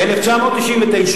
ב-1999.